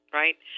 right